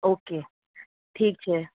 okay ઠીક છે